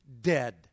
dead